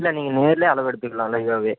இல்லை நீங்கள் நேரில் அளவெடுத்துக்கலாம்ல நீங்களாகவே